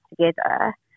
together